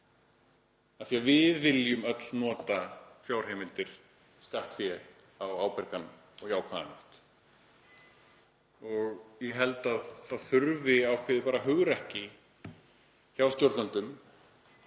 því að við viljum öll nota fjárheimildir, skattfé, á ábyrgan og jákvæðan hátt. Ég held að það þurfi ákveðið hugrekki hjá stjórnvöldum